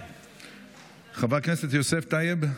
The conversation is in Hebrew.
חבר הכנסת יוסף טייב,